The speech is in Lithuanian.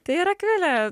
tai ir akvilė